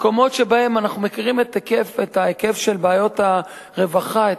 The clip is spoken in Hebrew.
מקומות שאנחנו מכירים את ההיקף של בעיות הרווחה בהם,